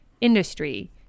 industry